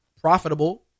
profitable